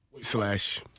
slash